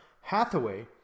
Hathaway